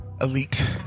elite